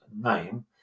name